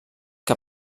que